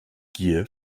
gier